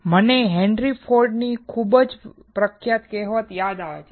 મને હેનરી ફોર્ડની ખૂબ પ્રખ્યાત કહેવત યાદ છે